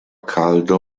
caldo